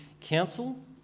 council